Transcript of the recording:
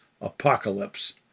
apocalypse